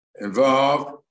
involved